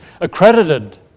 accredited